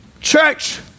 Church